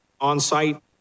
on-site